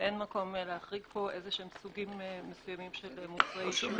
ואין מקום להחריג פה סוגים מסוימים של מוצרי